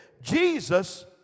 Jesus